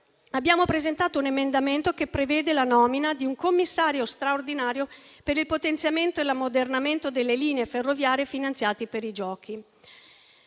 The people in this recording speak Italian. abbiamo presentato un emendamento che prevede la nomina di un commissario straordinario per il potenziamento e l'ammodernamento delle linee ferroviarie, finanziati per i Giochi.